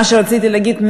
מה שרציתי להגיד,